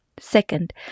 Second